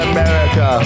America